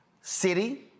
City